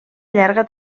llarga